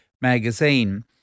magazine